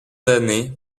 années